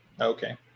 Okay